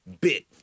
bit